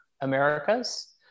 Americas